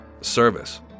service